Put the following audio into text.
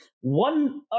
One